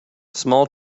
small